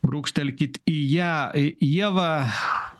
brūkštelkit į ją ieva